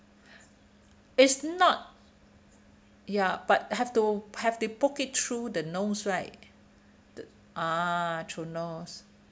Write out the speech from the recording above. it's not ya but have to have to poke it through the nose right the ah through nose